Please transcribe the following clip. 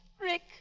Rick